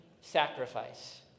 sacrifice